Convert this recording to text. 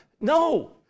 No